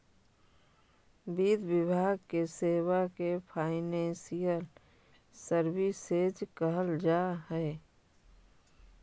वित्त विभाग के सेवा के फाइनेंशियल सर्विसेज कहल जा हई